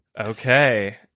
Okay